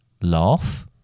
laugh